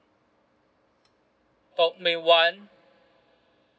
domain one